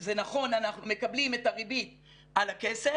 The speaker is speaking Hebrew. זה נכון, אנחנו מקבלים את הריבית על הכסף.